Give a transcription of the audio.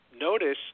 notice